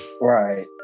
right